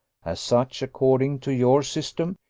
as such, according to your system,